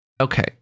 okay